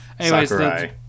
Sakurai